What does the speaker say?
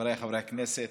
חבריי חברי הכנסת,